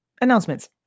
Announcements